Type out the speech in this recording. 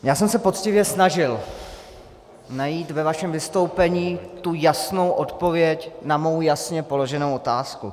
Já jsem se poctivě snažil najít ve vašem vystoupení tu jasnou odpověď na mou jasně položenou otázku.